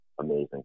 amazing